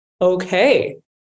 okay